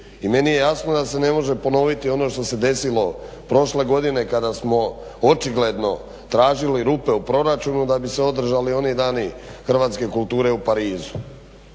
I meni je jasno da se ne može ponoviti ono što se desilo prošle godine kada smo očigledno tražili rupe u proračunu da bi se održali oni dani hrvatske kulture u Parizu.